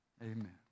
Amen